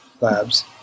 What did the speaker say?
Labs